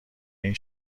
این